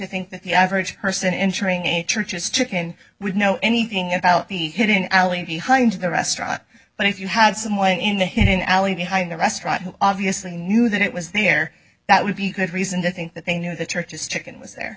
think that the average person entering a church is chicken would know anything about the hidden alley behind the restaurant but if you had some wine in the hidden alley behind the restaurant obviously knew that it was there that would be good reason to think that they knew the church's chicken was there